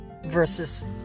versus